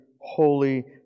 holy